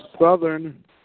Southern